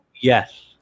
Yes